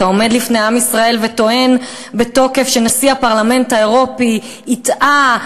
אתה עומד לפני עם ישראל וטוען בתוקף שנשיא הפרלמנט האירופי הטעה,